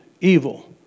evil